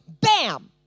bam